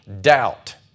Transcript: doubt